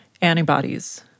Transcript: antibodies